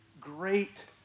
great